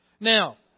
Now